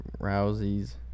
Rouseys